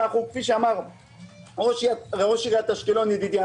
כפי שאמר ראש עיריית אשקלון ידידי,